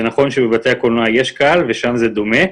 זה נכון שבבתי הקולנוע יש קהל ושם זה דומה,